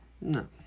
No